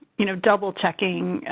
you know, double checking,